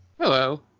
Hello